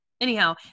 anyhow